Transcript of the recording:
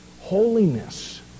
holiness